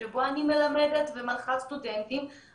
לכן אני אומרת בצורה ברורה,